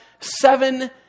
seven